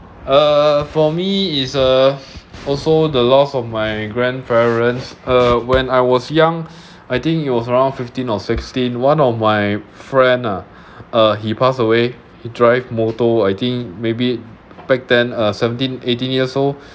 uh for me is uh also the loss of my grandparents uh when I was young I think it was around fifteen or sixteen one of my friend ah uh he pass away he drive motor I think maybe back then uh seventeen eighteen years old